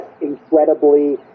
incredibly